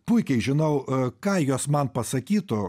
puikiai žinau ką jos man pasakytų